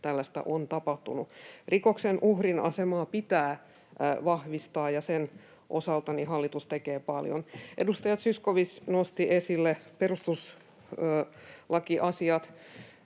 tällaista on tapahtunut. Rikoksen uhrin asemaa pitää vahvistaa, ja sen osalta hallitus tekee paljon. Edustaja Zyskowicz nosti esille perustuslakiasiat.